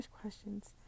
questions